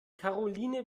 karoline